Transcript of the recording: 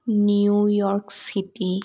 New York City